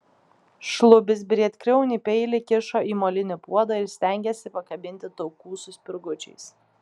šlubis briedkriaunį peilį kišo į molinį puodą ir stengėsi pakabinti taukų su spirgučiais